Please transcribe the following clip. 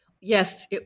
Yes